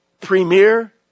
premier